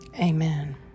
Amen